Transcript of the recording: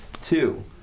two